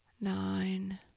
nine